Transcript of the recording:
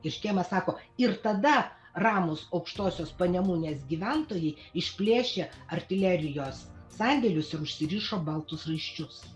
ir škėma sako ir tada ramūs aukštosios panemunės gyventojai išplėšė artilerijos sandėlius ir užsirišo baltus raiščius